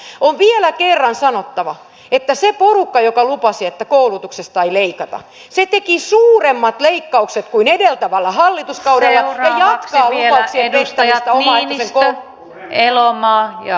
on vielä kerran sanottava että se porukka joka lupasi että koulutuksesta ei leikata teki suuremmat leikkaukset kuin edeltävällä hallituskaudella tehtiin ja jatkaa lupauksien pettämistä omaehtoisen